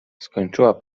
skończyła